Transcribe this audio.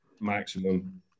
maximum